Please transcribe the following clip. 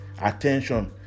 attention